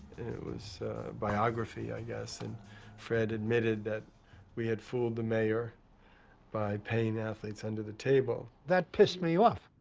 it was biography, i guess. and fred admitted that we had fooled the mayor by paying athletes under the table. that pissed me off.